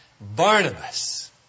Barnabas